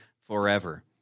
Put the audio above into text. forever